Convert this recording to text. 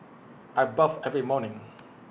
I bathe every morning